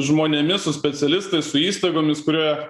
žmonėmis su specialistais su įstaigomis kurie